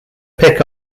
pick